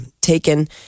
taken